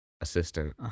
assistant